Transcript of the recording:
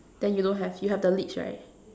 then you don't have you have the lips right